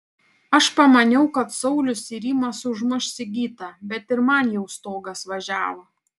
aš pamaniau kad saulius ir rimas užmuš sigitą bet ir man jau stogas važiavo